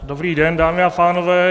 Dobrý den, dámy a pánové.